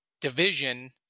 division